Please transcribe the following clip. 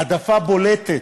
העדפה בולטת.